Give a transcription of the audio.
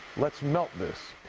let's melt this.